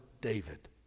David